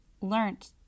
learned